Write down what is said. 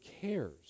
cares